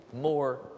more